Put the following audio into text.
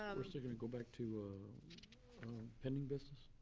um we're still gonna go back to pending business?